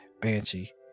Banshee